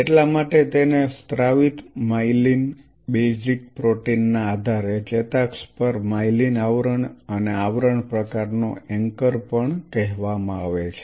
એટલા માટે તેને સ્રાવિત માયેલિન બેઝિક પ્રોટીનના આધારે ચેતાક્ષ પર માયલિન આવરણ અને આવરણ પ્રકારનો એન્કર પણ કહેવામાં આવે છે